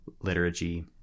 liturgy